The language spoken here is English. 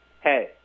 Hey